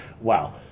wow